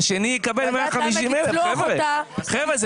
והשני יקבל 150,000. חבר'ה,